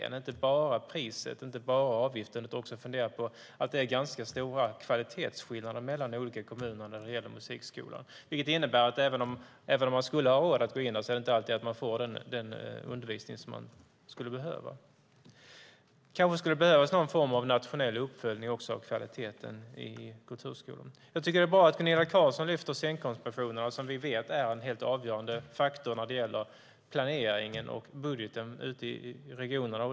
Man ska inte bara diskutera priset och avgiften utan också fundera på att det är ganska stora kvalitetsskillnader mellan olika kommuner när det gäller musikskolan. Det innebär att man även om man skulle ha råd att gå där inte alltid får den undervisning som man skulle behöva. Det kanske skulle behövas någon form av nationell uppföljning också av kvaliteten i kulturskolan. Det är bra att Gunilla Carlsson lyfter fram scenkonstpensionerna, som vi vet är en helt avgörande faktor när det gäller planeringen och budgeten ute i regionerna.